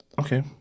Okay